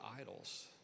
idols